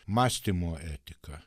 mąstymo etiką